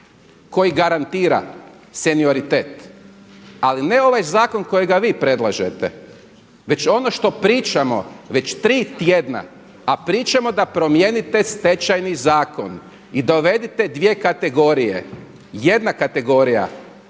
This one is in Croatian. koji garantira senioritet? Ali ne ovaj zakon kojega vi predlažete, već ono što pričamo već tri tjedna, a pričamo da promijenite Stečajni zakon i dovedite dvije kategorije. Jedna kategorija